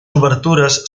obertures